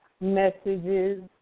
messages